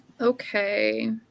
okay